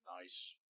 Nice